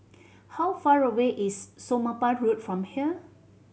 how far away is Somapah Road from here